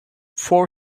four